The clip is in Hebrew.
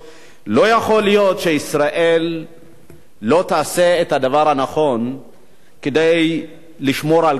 לא יכול להיות שישראל לא תעשה את הדבר הנכון כדי לשמור על כבודה,